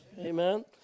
Amen